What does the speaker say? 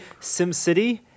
SimCity